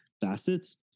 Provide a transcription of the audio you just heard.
facets